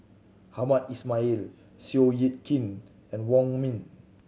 Hamed Ismail Seow Yit Kin and Wong Ming